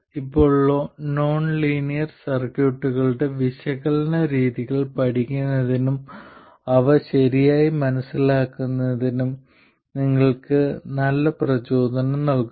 ഇപ്പോൾ നോൺലീനിയർ സർക്യൂട്ടുകളുടെ വിശകലന രീതികൾ പഠിക്കുന്നതിനും അവ ശരിയായി മനസ്സിലാക്കുന്നതിനും ഇത് നിങ്ങൾക്ക് നല്ല പ്രചോദനം നൽകുന്നു